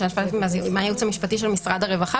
מהייעוץ המשפטי של משרד הרווחה.